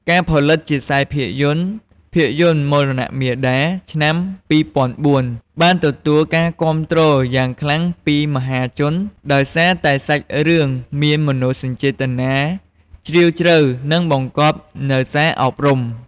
ការផលិតជាភាពយន្ត ភាពយន្ត "មរណៈមាតា" ឆ្នាំ២០០៤ បានទទួលការគាំទ្រយ៉ាងខ្លាំងពីមហាជន ដោយសារតែសាច់រឿងមានមនោសញ្ចេតនាជ្រាលជ្រៅ និងបង្កប់នូវសារអប់រំ។